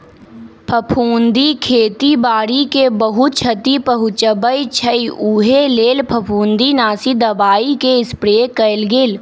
फफुन्दी खेती बाड़ी के बहुत छति पहुँचबइ छइ उहे लेल फफुंदीनाशी दबाइके स्प्रे कएल गेल